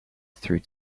through